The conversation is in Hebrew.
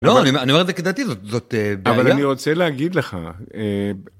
"לא, אני אומר את זה כדעתי, זאת-" "אבל אני רוצה להגיד לך."